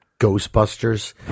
Ghostbusters